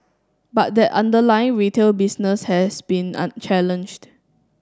but that underlying retail business has been unchallenged